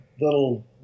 little